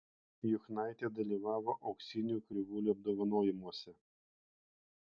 juchnaitė dalyvavo auksinių krivūlių apdovanojimuose